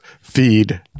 feed